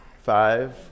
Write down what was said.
Five